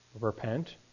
repent